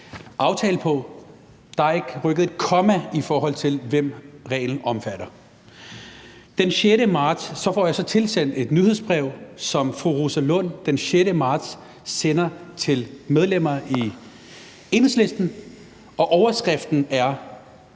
basis af. Der er ikke rykket et komma, i forhold til hvem reglen omfatter. Den 6. marts får jeg så tilsendt et nyhedsbrev, som fru Rosa Lund sender til medlemmer af Enhedslisten den 6. marts, og overskriften er: